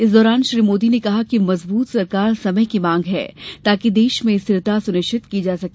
इस दौरान श्री मोदी ने कहा कि मजबूत सरकार समय की मांग है ताकि देश में स्थिरता सुनिश्चित की जा सके